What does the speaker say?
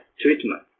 treatment